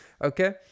Okay